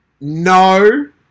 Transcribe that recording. no